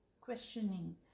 questioning